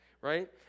right